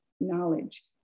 knowledge